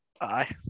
Aye